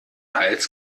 hals